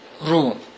room